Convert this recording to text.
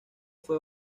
fue